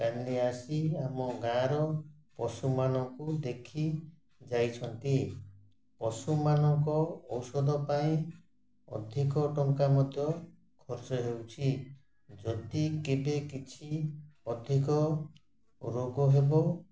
କାଲି ଆସି ଆମ ଗାଁର ପଶୁମାନଙ୍କୁ ଦେଖି ଯାଇଛନ୍ତି ପଶୁମାନଙ୍କ ଔଷଧ ପାଇଁ ଅଧିକ ଟଙ୍କା ମଧ୍ୟ ଖର୍ଚ୍ଚ ହେଉଛି ଯଦି କେବେ କିଛି ଅଧିକ ରୋଗ ହେବ